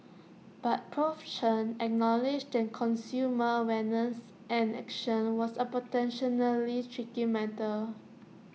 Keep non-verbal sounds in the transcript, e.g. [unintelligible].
but Prof Chen acknowledged that consumer awareness and action was A [unintelligible] tricky matter